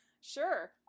sure